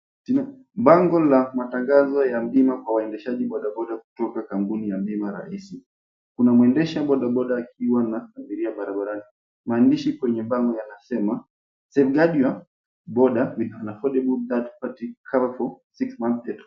Bango la matangazo ya bima kwa waendeshaji bodaboda kutoka kampuni ya bima rahisi. Kuna mwendesha bodaboda akiwa na abiria barabarani. Mahandishi kwenye bango yanasema, Safe Guard Your Boda With An Affordable Third Party Cover For Six Months.